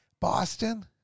Boston